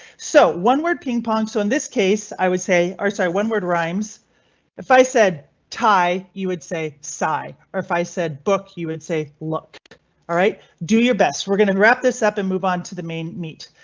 so one word ping pong. so in this case i would say i'm sorry. one word rhymes if i said tie you would say sci or if i said book you would say look alright, do your best. we're going to wrap this up and move on to the main meat.